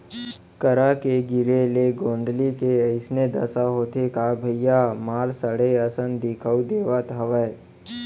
करा के गिरे ले गोंदली के अइसने दसा होथे का भइया मार सड़े असन दिखउल देवत हवय